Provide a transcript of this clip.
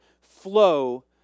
flow